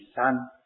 son